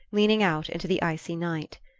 leaning out into the icy night.